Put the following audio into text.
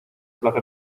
placer